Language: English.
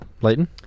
Leighton